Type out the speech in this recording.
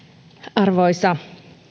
arvoisa